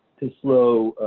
to slow